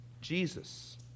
Jesus